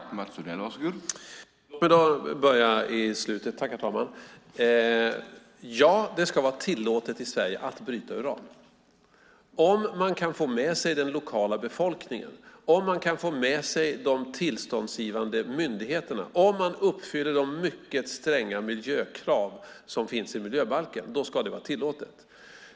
Herr talman! Låt mig börja i slutet. Ja, det ska vara tillåtet att bryta uran i Sverige. Om man kan få med sig den lokala befolkningen, om man kan få med sig de tillståndsgivande myndigheterna och om man uppfyller de mycket stränga miljökrav som finns i miljöbalken ska det vara tillåtet.